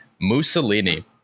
Mussolini